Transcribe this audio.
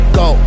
go